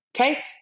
Okay